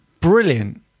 brilliant